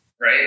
right